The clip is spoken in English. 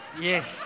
Yes